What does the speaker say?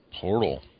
Portal